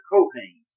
Kohen